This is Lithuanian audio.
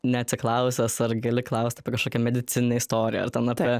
neatsiklausęs ar gali klaust apie kažkokią medicininę istoriją ar ten apie